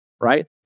right